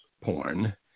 porn